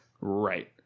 right